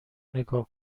نیگا